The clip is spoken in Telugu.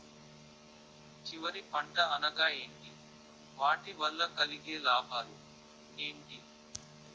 చివరి పంట అనగా ఏంటి వాటి వల్ల కలిగే లాభాలు ఏంటి